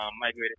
migrated